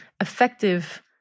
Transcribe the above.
effective